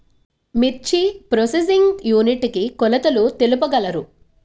మిర్చి processing unit కి కొలతలు తెలుపగలరు?